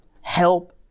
Help